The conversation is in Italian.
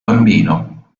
bambino